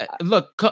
look